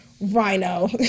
Rhino